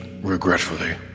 regretfully